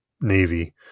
navy